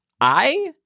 I-